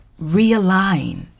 realign